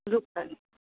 local